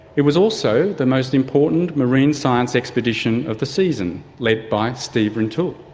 it was also the most important marine science expedition of the season, led by steve rintoul.